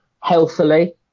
healthily